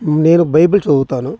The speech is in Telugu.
నేను బైబిల్ చదువుతాను